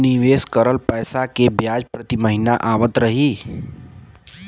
निवेश करल पैसा के ब्याज प्रति महीना आवत रही?